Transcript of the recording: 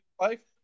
life